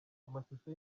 amashusho